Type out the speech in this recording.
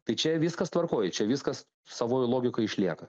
tai čia viskas tvarkoj čia viskas savoj logikoj išlieka